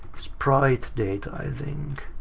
sprite data i think.